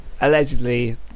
Allegedly